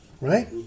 Right